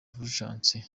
fulgence